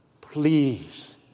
please